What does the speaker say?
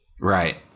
right